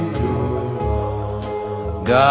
God